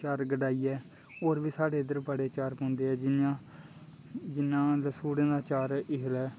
चा'र गढ़ाइयै होर बी साढ़े इद्धर बड़े चा'र पौंदे जि'यां जि'यां लसूड़ें दा चा'र